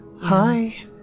Hi